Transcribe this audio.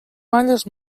malles